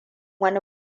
wani